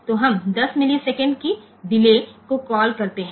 तो हम 10 मिलीसेकंड की डिले को कॉल करते हैं